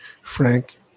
Frank